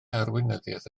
arweinyddiaeth